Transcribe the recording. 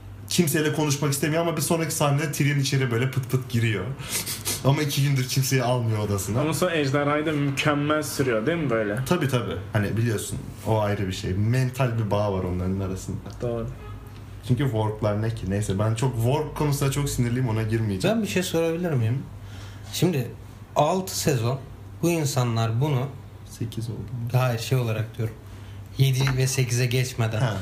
Kimseyle konuşmak istemiyor ama bir sonraki sahnede Tyrion içeri böyle pıt pıt giriyor. Ama iki gündür kimseyi almıyor odasına. Ama sonra ejderhayı da mükemmel sürüyor, değil mi böyle? Tabii, tabii. Hani biliyorsun, o ayrı bir şey. Mental bir bağ var onların arasında. Doğru. Çünkü work'lar ne ki? Neyse, ben çok- work konusunda çok sinirliyim, ona girmeyeceğim. Ben bir şey sorabilir miyim? Şimdi, altı sezon, bu insanlar bunu- Sekiz oldu. Hayır, şey olarak diyorum. Yedi ve sekize geçmeden.